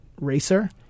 Racer